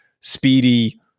speedy